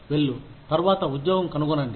వెళ్ళు తర్వాత ఉద్యోగం కనుగొనండి